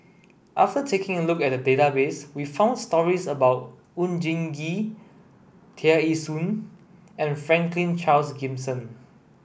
after taking a look at the database we found stories about Oon Jin Gee Tear Ee Soon and Franklin Charles Gimson